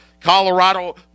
Colorado